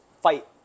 fight